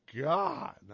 God